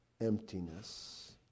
emptiness